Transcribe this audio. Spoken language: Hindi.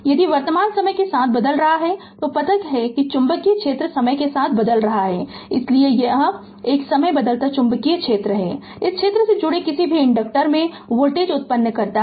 यदि वर्तमान समय के साथ बदल रहा है तो पता है कि चुंबकीय क्षेत्र समय के साथ बदल रहा है इसलिए एक समय बदलता चुंबकीय क्षेत्र इस क्षेत्र से जुड़े किसी भी कंडक्टर में वोल्टेज उत्पन्न करता है